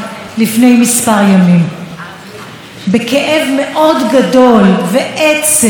בכאב מאוד גדול ועצב וכעס אורטל סיפרה לי